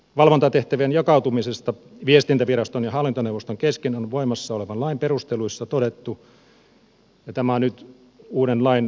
valvontatehtävien jakautumisesta viestintäviraston ja hallintoneuvoston kesken on voimassa olevan lain perusteluissa todettu seuraavaa ja tämä on nyt uuden lain perusteluista